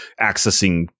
accessing